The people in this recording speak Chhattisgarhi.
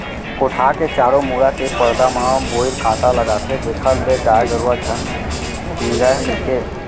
कोठार के चारों मुड़ा के परदा म बोइर कांटा लगाथें जेखर ले गाय गरुवा झन निगय कहिके